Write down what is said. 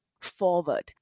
forward